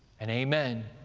and amen.